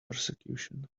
persecution